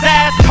ass